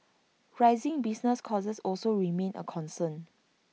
rising business costs also remain A concern